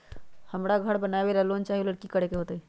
हमरा घर बनाबे ला लोन चाहि ओ लेल की की करे के होतई?